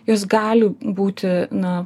jos gali būti na